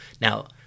Now